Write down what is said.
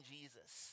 Jesus